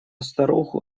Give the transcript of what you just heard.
старуху